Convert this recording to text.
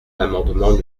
l’amendement